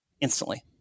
instantly